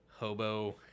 hobo